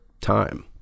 time